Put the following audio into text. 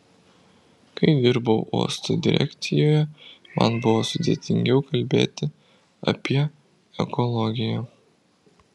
kai dirbau uosto direkcijoje man buvo sudėtingiau kalbėti apie ekologiją